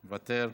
מוותר,